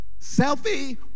selfie